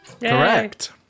Correct